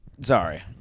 sorry